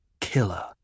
killer